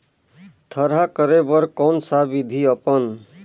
थरहा करे बर कौन सा विधि अपन?